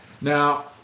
Now